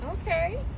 okay